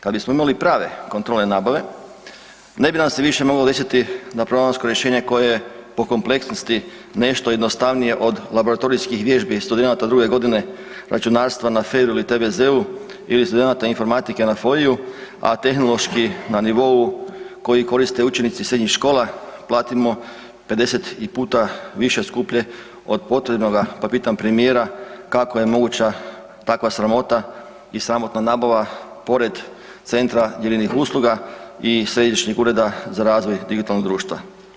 Kad bismo imali prave kontrole nabave, ne bi nam se više moglo desiti da programsko rješenje koje po kompleksnosti je nešto jednostavnije od laboratorijskih vježbi studenata 2. godine računarstva na FER-u ili TVZ-u ili studenata informatike na FOI-u, a tehnološki na nivou koji koriste učenici srednjih škola, pratimo i 50 puta više skuplje od potrebnoga, pa pitam premijera kako je moguća takva sramota i sramotna nabava pored centra ... usluga i Središnjeg ureda za razvoj digitalnog društva.